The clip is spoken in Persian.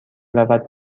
رود